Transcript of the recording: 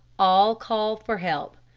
all called for help.